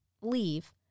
leave